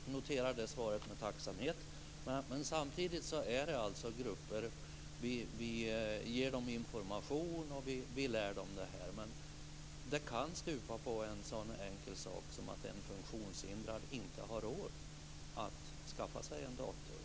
Fru talman! Jag noterar det svaret med tacksamhet. Samtidigt finns det grupper som vi ger information och lär detta, men det kan stupa på en så enkel sak som att en funktionshindrad inte har råd att skaffa en dator.